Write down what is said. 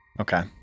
Okay